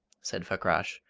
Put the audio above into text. said fakrash,